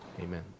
Amen